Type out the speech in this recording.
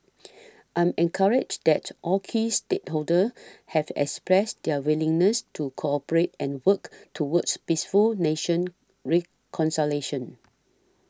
I am encouraged that all key stakeholders have expressed their willingness to cooperate and work towards peaceful national reconciliation